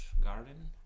Garden